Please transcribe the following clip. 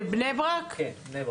ברק.